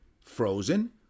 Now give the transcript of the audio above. Frozen